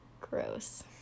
gross